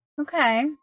Okay